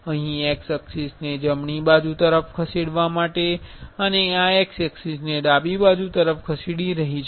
અહીં X axis ને જમણી બાજુ તરફ ખસેડવા માટે અને આ x axis ને ડાબી બાજુ તરફ ખસેડી રહી છે